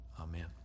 Amen